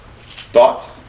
Thoughts